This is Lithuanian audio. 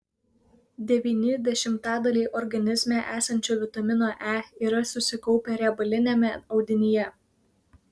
devyni dešimtadaliai organizme esančio vitamino e yra susikaupę riebaliniame audinyje